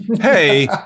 Hey